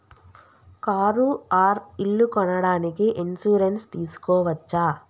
Car or ఇల్లు కొనడానికి insurance తీస్కోవచ్చా?